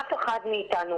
אף אחד מאיתנו,